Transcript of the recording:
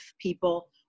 people